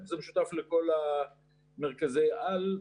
זה משותף לכל מרכזי העל,